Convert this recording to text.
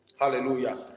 Hallelujah